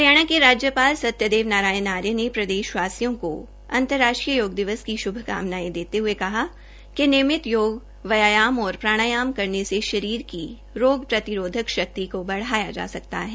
हरियाणा के राज्यपाल श्री सत्यदेव नारायण आर्य ने प्रदेशवासियों को अंतर्राष्ट्रीय योग दिवस की श्भकामनाएं देते हुए कहा कि नियमित योग व्यायाम और प्राणायाम करने से शरीर की रोग प्रतिरोधक शक्ति को बढ़ाया जा सकता है